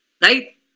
Right